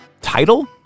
title